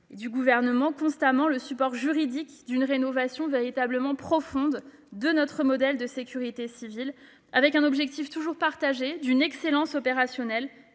et du Gouvernement constamment -le support juridique d'une rénovation profonde de notre modèle de sécurité civile dans un objectif toujours partagé d'excellence opérationnelle